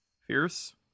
Fierce